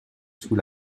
sous